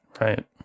right